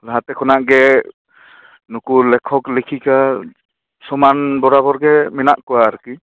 ᱦᱟᱱᱛᱮ ᱠᱷᱚᱱᱟᱜ ᱜᱮ ᱱᱩᱠᱩ ᱞᱮᱠᱷᱚᱠ ᱞᱮᱠᱷᱤᱠᱟ ᱥᱚᱢᱟᱱ ᱵᱚᱨᱟᱵᱚᱨ ᱜᱮ ᱢᱮᱱᱟᱜ ᱠᱚᱣᱟ ᱟᱨᱠᱤ